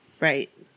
Right